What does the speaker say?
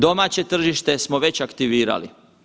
Domaće tržište smo već aktivirali.